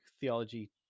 theology